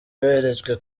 yoherejwe